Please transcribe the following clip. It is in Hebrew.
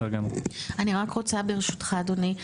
אני רק רוצה ברשותך אדוני,